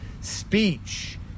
speech